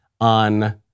on